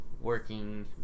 working